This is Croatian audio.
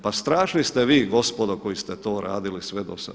Pa strašni ste vi gospodo koji ste to radili sve do sad.